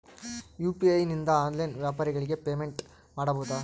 UPI ನಿಂದ online ವ್ಯಾಪಾರಗಳಿಗೆ payment ಮಾಡಬಹುದಾ?